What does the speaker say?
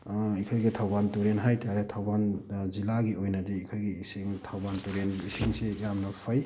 ꯑꯩꯈꯣꯏꯒꯤ ꯊꯧꯕꯥꯜ ꯇꯨꯔꯦꯜ ꯍꯥꯏꯇꯔꯦ ꯊꯧꯕꯥꯜ ꯖꯤꯜꯂꯥꯒꯤ ꯑꯣꯏꯅꯗꯤ ꯑꯩꯈꯣꯏꯒꯤ ꯏꯁꯤꯡ ꯊꯧꯕꯥꯜ ꯇꯨꯔꯦꯜꯒꯤ ꯏꯁꯤꯡꯁꯤ ꯌꯥꯝꯅ ꯐꯩ